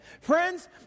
Friends